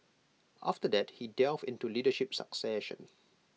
after that he delved into leadership succession